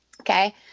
Okay